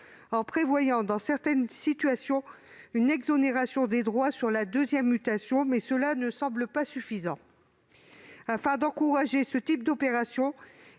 en prévoyant, dans certaines situations, une exonération des droits sur la deuxième mutation. Cela ne semble toutefois pas suffisant. Afin d'encourager ce type d'opération,